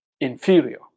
inferior